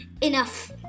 enough